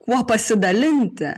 kuo pasidalinti